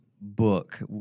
book